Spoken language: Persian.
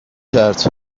کرد